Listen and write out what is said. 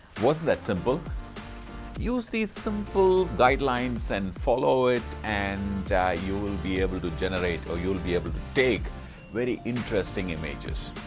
what's that simple use these simple guidelines and follow it and you will be able to generate or you'll be able to take very interesting images